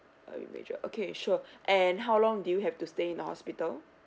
a major okay sure and how long do you have to stay in the hospital